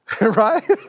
right